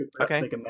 Okay